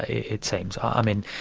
it seems. i mean,